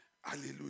Hallelujah